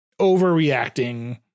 overreacting